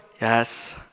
Yes